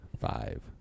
Five